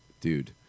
Dude